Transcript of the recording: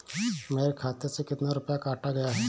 मेरे खाते से कितना रुपया काटा गया है?